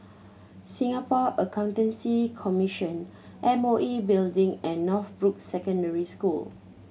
Singapore Accountancy Commission M O E Building and Northbrooks Secondary School